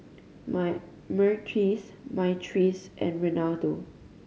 Myrtis Myrtice and Reynaldo